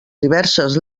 diverses